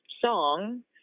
song